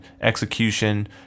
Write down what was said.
execution